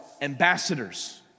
ambassadors